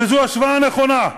וזו השוואה נכונה,